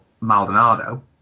Maldonado